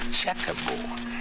checkerboard